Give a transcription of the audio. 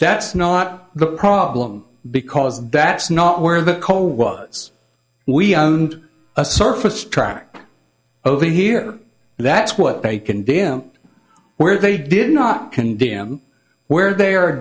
that's not the problem because that's not where the call was we are on a surface track over here that's what they can d m where they did not condemn where they